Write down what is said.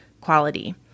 quality